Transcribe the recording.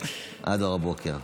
עד אור הבוקר.